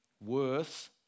worth